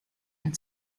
and